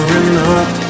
enough